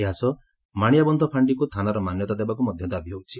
ଏହାସହ ମାଣିଆବନ୍ଧ ଫାଣ୍ଡିକୁ ଥାନାର ମାନ୍ୟତା ଦେବାକୁ ମଧ ଦାବି ହେଉଛି